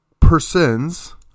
persons